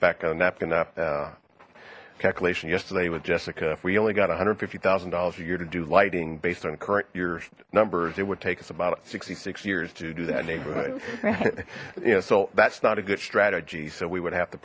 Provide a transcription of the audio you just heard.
napkin up calculation yesterday with jessica we only got one hundred and fifty thousand dollars a year to do lighting based on current year's numbers it would take us about sixty six years to do that neighborhood yeah so that's not a good strategy so we would have to